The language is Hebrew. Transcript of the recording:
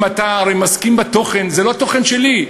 אם, אתה הרי מסכים לתוכן, זה לא תוכן שלי.